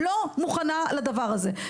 לא מוכנה לדבר הזה,